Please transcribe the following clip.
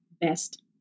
best